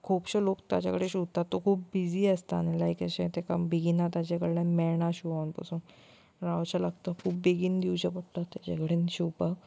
खुबशे लोक तेज्या कडे शिंवता तो खूब बिजी आसता आनी लायक अशें तेका बेगिना ताजे कडल्यान मेयणा शिंवोन बसून अशें लागता खूब बेगीन दिवचें पडटा तेजे कडेन शिंवपाक